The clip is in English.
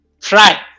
try